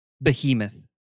Behemoth